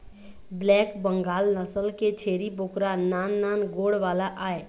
black Bengal नसल के छेरी बोकरा नान नान गोड़ वाला आय